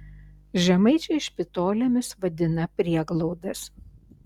žemaičiai špitolėmis vadina prieglaudas